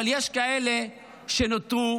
אבל יש כאלה שנותרו